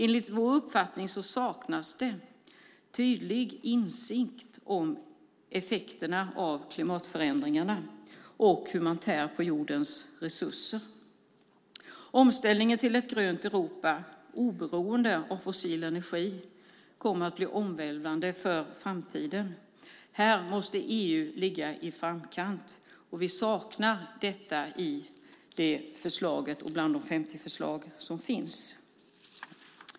Enligt vår uppfattning saknas det tydlig insikt om effekterna av klimatförändringarna och hur man tär på jordens resurser. Omställningen till ett grönt Europa, oberoende av fossil energi, kommer att bli omvälvande i framtiden. Här måste EU ligga i framkant. Detta saknar vi bland de 50 förslag som finns.